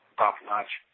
top-notch